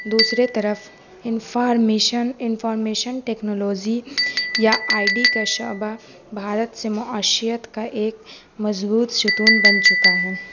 دوسرے طرف information information technology یا آئی ڈی کا شعبہ بھارت سے معاشیت کا ایک مضبوط ستون بن چکا ہے